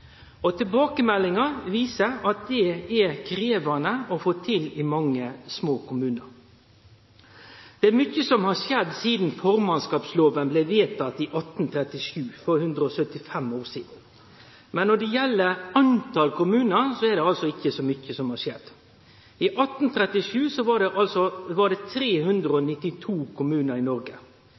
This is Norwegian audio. og tilbakemeldingar viser at dette er krevjande å få til i mange små kommunar. Mykje har skjedd sidan formannskapslovene blei vedtekne i 1837, for 175 år sidan, men når det gjeld talet på kommunar, er det ikkje så mykje som har skjedd. I 1837 var det 392 kommunar i Noreg. I dag er det 429 – altså 37 fleire kommunar